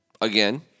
again